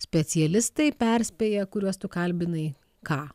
specialistai perspėja kuriuos tu kalbinai ką